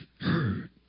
heard